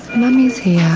mummy's here, yeah